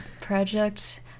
project